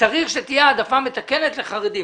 צריך שתהיה העדפה מתקנת לחרדים,